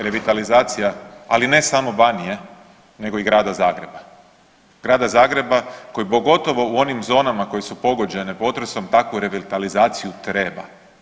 Revitalizacija, ali ne samo Banije nego i Grada Zagreba, Grada Zagreba koji pogotovo u onim zonama koje su pogođene potresom takvu revitalizaciju treba.